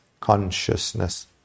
consciousness